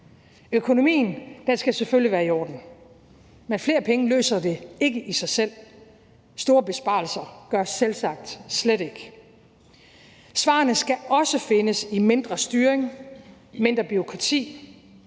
Økonomien skal selvfølgelig være i orden. Men flere penge løser det ikke i sig selv. Store besparelser gør det selvsagt slet ikke. Svarene skal også findes i mindre styring, mindre bureaukrati